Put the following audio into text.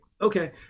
okay